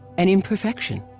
an imperfection?